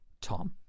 Tom